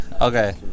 Okay